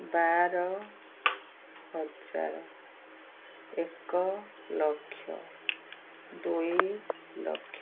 ବାର ହଜାର ଏକ ଲକ୍ଷ ଦୁଇ ଲକ୍ଷ